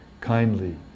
kindly